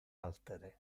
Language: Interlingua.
altere